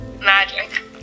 Magic